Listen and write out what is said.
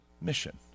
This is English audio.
mission